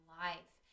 life